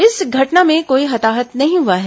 इस घटना में कोई हताहत नहीं हुआ है